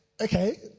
okay